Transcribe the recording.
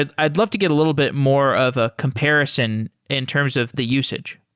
and i'd love to get a little bit more of a comparison in terms of the usage.